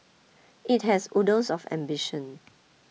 it has oodles of ambition